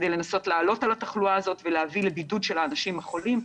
כדי לנסות לעלות על התחלואה הזאת ולהביא לבידוד של האנשים החולים,